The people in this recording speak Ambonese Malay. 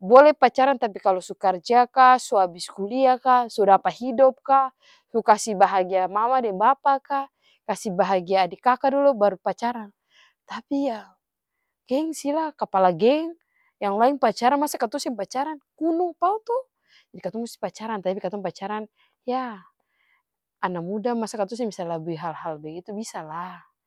bole pacaran tapi kalu su karja ka, su abis kulia ka, su dapa hidop ka, su kasi bahagia mama deng bapa ka, kasi bahagia adi kaka dolo baru pacaran, tapi yah gengsilah kapala geng yang laeng pacaran masa katong seng pacaran kuno tau to jadi katong musti pacaran tapi katong pacaran yah ana muda masa katong seng bisa labui hal-hal bagitu bisalah.